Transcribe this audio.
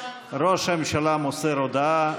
ראש הממשלה מוסר הודעה.